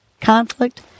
conflict